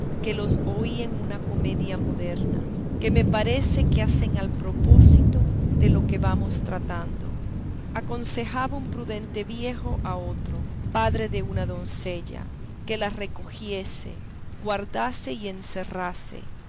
que los oí en una comedia moderna que me parece que hacen al propósito de lo que vamos tratando aconsejaba un prudente viejo a otro padre de una doncella que la recogiese guardase y encerrase